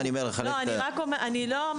אני לא,